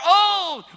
old